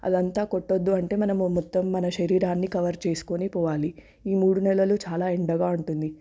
అదంతా కొట్టవద్దు అంటే మనము మొత్తం మన శరీరాన్ని కవర్ చేసుకొని పోవాలి ఈ మూడు నెలలు చాలా ఎండగా ఉంటుంది